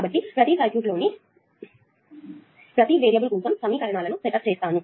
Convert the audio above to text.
కాబట్టి సర్క్యూట్ లోని ప్రతి వేరియబుల్ కోసం సమీకరణాలను సెటప్ చేస్తాను